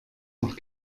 noch